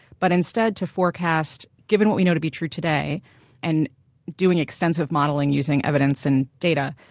but instead to forecast given what we know to be true today and doing extensive modeling using evidence and data,